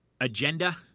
agenda